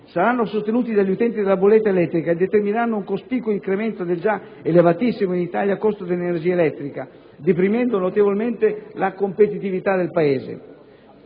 saranno sostenuti dagli utenti della bolletta elettrica e determineranno un cospicuo incremento del già elevatissimo (in Italia) costo dell'energia elettrica, deprimendo notevolmente la competitività del Paese.